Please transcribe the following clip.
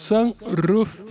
Sunroof